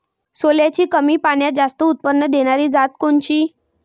सोल्याची कमी पान्यात जास्त उत्पन्न देनारी जात कोनची?